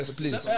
please